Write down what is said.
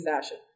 fashion